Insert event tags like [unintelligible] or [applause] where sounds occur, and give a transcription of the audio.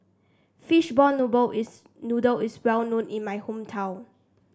fishball [unintelligible] is noodle is well known in my hometown